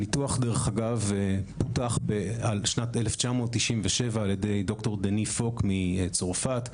הניתוח פותח בשנת 1997 על ידי דר' דני פוק מצרפת,